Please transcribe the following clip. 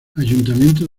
ayuntamiento